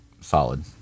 Solid